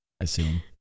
assume